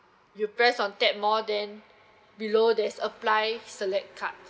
you press on tap more then below there's apply select card